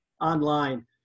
online